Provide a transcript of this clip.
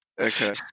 Okay